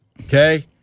Okay